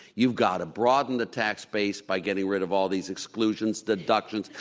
you've got to broaden the tax base by getting rid of all these exclusions, deductions,